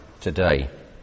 today